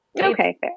okay